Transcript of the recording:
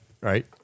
right